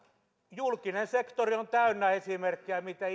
julkinen sektori on täynnä esimerkkejä siitä miten